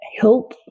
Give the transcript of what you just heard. help